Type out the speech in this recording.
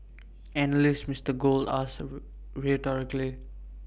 analyst Mister gold asked A road rhetorically